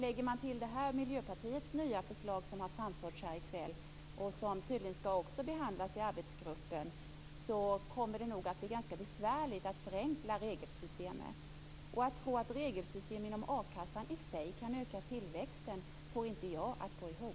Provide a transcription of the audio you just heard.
Lägger man dessutom till Miljöpartiets nya förslag, som har framförts här i kväll och som tydligen också skall behandlas i arbetsgruppen, kommer det nog att bli ganska besvärligt att förenkla regelsystemet. Och att tro att regelsystem inom a-kassan i sig kan öka tillväxten får inte jag att gå ihop.